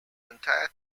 entire